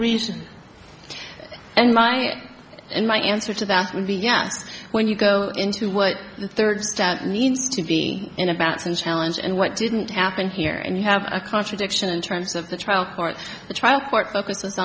reasons and my and my answer to that would be yes when you go into what the third means to be in a batson challenge and what didn't happen here and you have a contradiction in terms of the trial court the trial court focus